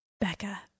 Becca